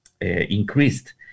increased